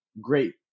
great